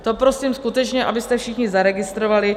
To prosím skutečně, abyste všichni zaregistrovali.